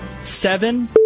Seven